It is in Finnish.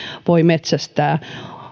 voi metsästää